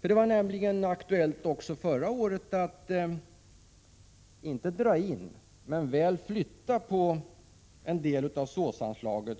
Det var nämligen aktuellt också då, inte att dra in men väl att flytta på en del av SÅS-anslaget.